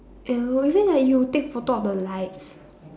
oh isn't like you take photo of the lights